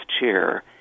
chair